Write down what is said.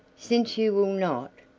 since you will not,